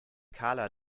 karla